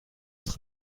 être